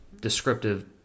descriptive